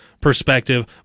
perspective